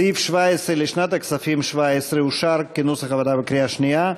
סעיף 17 לשנת הכספים 2017 אושר כנוסח הוועדה בקריאה שנייה.